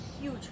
huge